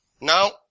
Now